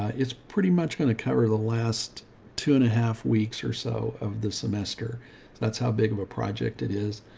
it's pretty much going to cover the last two and a half weeks or so of the semester. so that's how big of a project it is.